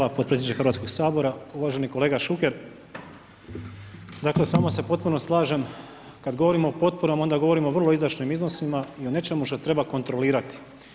Hvala podpredsjedniče Hrvatsko sabora, uvaženi kolega Šuker dakle s vama se potpuno slažem kad govorimo o potporama onda govorimo o vrlo izdašnim iznosima i o nečemu što treba kontrolirati.